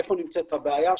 איפה נמצאת הבעיה,